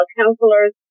counselors